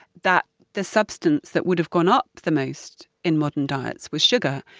that the substance that would have gone up the most in modern diets with sugar.